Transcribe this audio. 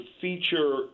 feature